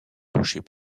touchés